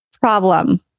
problem